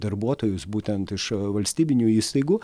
darbuotojus būtent iš valstybinių įstaigų